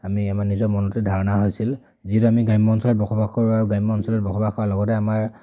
আমি আমাৰ নিজৰ মনতে ধাৰণা হৈছিল যিটো আমি গ্ৰাম্য অঞ্চলত বসবাস কৰোঁ আৰু গ্ৰাম্য অঞ্চলত বসবাস হোৱাৰ লগতে আমাৰ